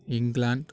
England